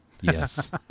Yes